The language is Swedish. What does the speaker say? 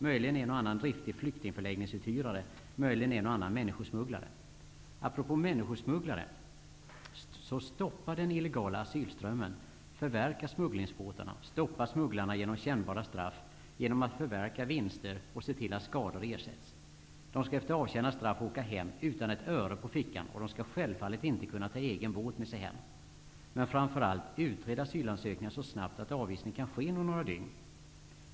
Möjligen vin ner en och annan driftig uthyrare av flyktingför läggningar. Möjligen vinner en och annan männi skosmugglare. Apropå människosmugglare. Stoppa den ille gala asylströmmen. Förverka smugglingsbåtarna. Stoppa smugglarna med kännbara straff, genom att förverka vinster och se till att skador ersätts. De skall efter avtjänat straff åka hem utan ett öre på fickan, och de skall självfallet inte kunna ta egen båt med sig hem. Men framför allt: Utred asylansökningarna så snabbt att avvisning kan ske inom några dygn.